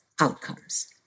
outcomes